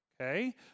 Okay